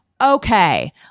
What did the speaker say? Okay